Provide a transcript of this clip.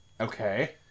okay